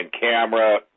camera